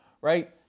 right